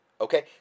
Okay